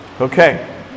Okay